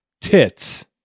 Tits